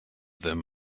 them